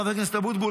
חבר כנסת אבוטבול,